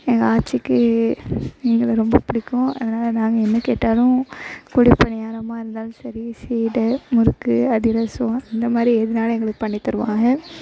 எங்கள் ஆச்சிக்கு எங்களை ரொம்ப பிடிக்கும் அதனால் நாங்கள் என்ன கேட்டாலும் குழிப் பணியாரமாக இருந்தாலும் சரி சீடை முறுக்கு அதிரசம் அந்த மாதிரி எதுனாலும் எங்களுக்கு பண்ணித் தருவாங்க